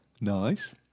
Nice